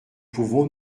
pouvons